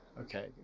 Okay